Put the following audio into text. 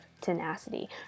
tenacity